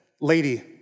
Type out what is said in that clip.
lady